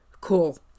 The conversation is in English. Cool